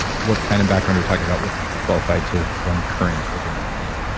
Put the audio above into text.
what kind of background we're talking about? what makes you qualified to run current over me?